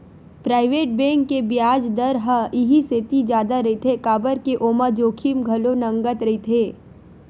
private bank के बियाज दर ह इहि सेती जादा रहिथे काबर के ओमा जोखिम घलो नँगत रहिथे